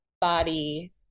body